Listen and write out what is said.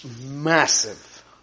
massive